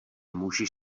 můžeš